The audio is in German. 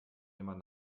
jemand